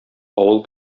авыл